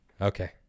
Okay